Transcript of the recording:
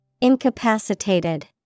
Incapacitated